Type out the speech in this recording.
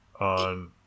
on